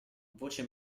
voce